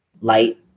light